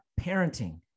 parenting